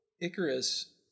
Icarus